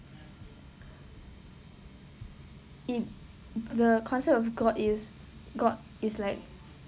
it the concept of god is god is like